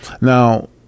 Now